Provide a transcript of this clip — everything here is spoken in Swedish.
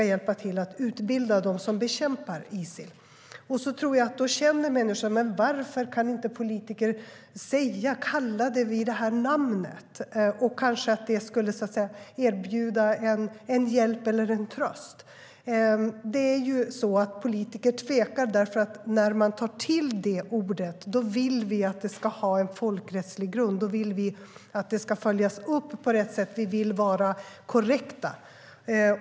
Jag tror att människor undrar varför politiker inte kan kalla det för folkmord, att det kanske kan erbjuda en hjälp eller en tröst. Det är så att politiker tvekar, därför att när man tar till ordet folkmord vill vi att det ska ha en folkrättslig grund. Då vill vi att det ska följas upp på rätt sätt. Vi vill vara korrekta.